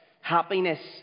Happiness